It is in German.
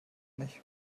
nicht